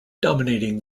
dominating